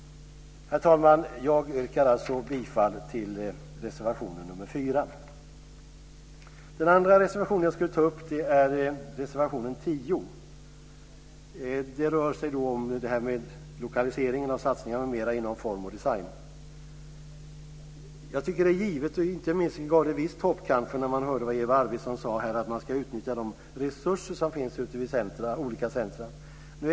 Herr talman! Jag yrkar bifall till reservation nr 4. Den andra reservationen jag ska ta upp är reservation 10. Den rör sig om lokaliseringen och satsningen inom form och design. Det är givet - och inte minst gav det visst hopp när man hörde vad Eva Arvidsson sade - att man ska utnyttja de resurser som finns ute i olika center.